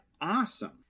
awesome